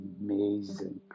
amazing